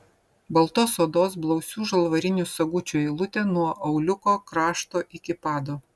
baltos odos blausių žalvarinių sagučių eilutė nuo auliuko krašto iki pado